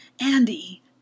Andy